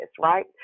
right